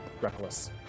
reckless